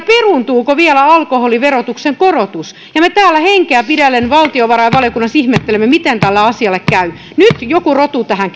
peruuntuuko vielä alkoholiverotuksen korotus ja me täällä henkeä pidätellen valtiovarainvaliokunnassa ihmettelemme miten tälle asialle käy nyt joku roti tähän